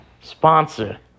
sponsor